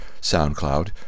SoundCloud